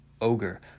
ogre